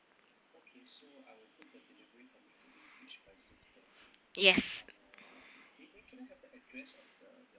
yes